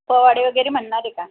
पोवाडे वगैरे म्हणणार आहे का